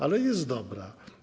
Ale jest dobra.